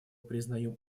признаем